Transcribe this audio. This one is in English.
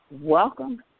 welcome